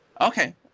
Okay